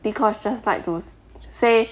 dee-kosh just like to say